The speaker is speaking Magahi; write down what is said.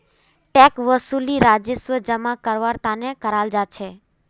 टैक्स वसूली राजस्व जमा करवार तने कराल जा छे